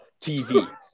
tv